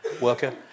worker